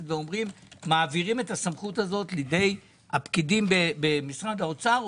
ולהעביר את הסמכות הזאת לידי הפקידים במשרד האוצר,